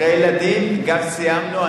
חוקרי ילדים, גג סיימנו.